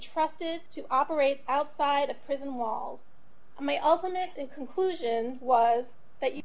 trusted to operate outside the prison walls my ultimate conclusion was that you